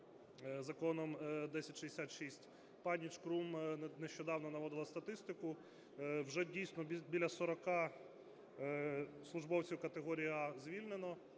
Законом 1066. Пані Шкрум нещодавно наводила статистику: вже, дійсно, біля 40 службовців категорії "А" звільнено